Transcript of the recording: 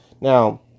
Now